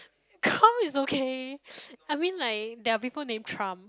calm is okay I mean like there are people named Trump